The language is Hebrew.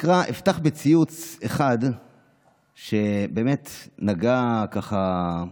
אפתח בציוץ אחד שבאמת, ככה,